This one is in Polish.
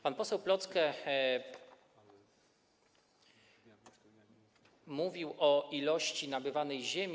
Pan poseł Plocke mówił o ilości nabywanej ziemi.